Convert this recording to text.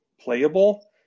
playable